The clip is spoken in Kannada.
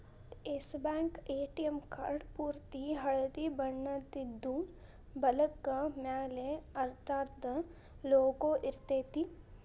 ಎಸ್ ಬ್ಯಾಂಕ್ ಎ.ಟಿ.ಎಂ ಕಾರ್ಡ್ ಪೂರ್ತಿ ಹಳ್ದಿ ಬಣ್ಣದಿದ್ದು, ಬಲಕ್ಕ ಮ್ಯಾಲೆ ಅದರ್ದ್ ಲೊಗೊ ಇರ್ತೆತಿ